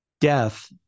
Death